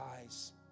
eyes